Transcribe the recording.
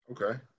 Okay